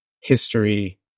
history